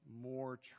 more